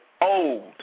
old